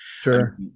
Sure